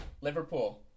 Liverpool